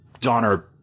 Donner